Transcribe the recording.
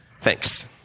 Thanks